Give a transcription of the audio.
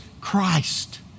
Christ